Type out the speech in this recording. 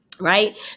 right